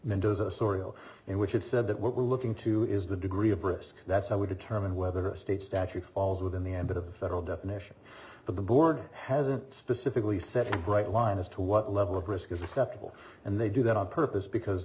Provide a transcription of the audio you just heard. mendoza story in which it said that what we're looking to is the degree of risk that's how we determine whether a state statute falls within the ambit of the federal definition but the board hasn't specifically set a bright line as to what level of risk is acceptable and they do that on purpose because